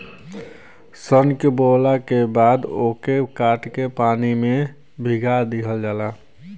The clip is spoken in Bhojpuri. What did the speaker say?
सन के बोवला के बाद ओके काट के पानी में भीगा दिहल जाला